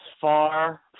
far